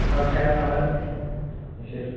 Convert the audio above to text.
लाब थायानालाय एसे